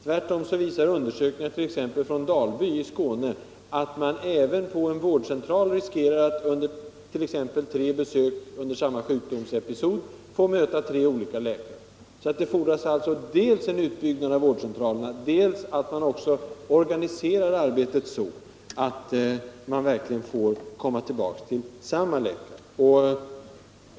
Tvärtom visar undersökningar, bl.a. från Dalby i Skåne, att man även på en vårdcentral riskerar att vid t.ex. tre besök under samma sjukdomsepisod få möta tre olika läkare. Det fordras alltså dels en utbyggnad av vårdcentralerna, dels att arbetet organiseras så att patienterna verkligen får komma tillbaka till samma läkare.